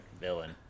villain